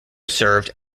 served